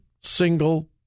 single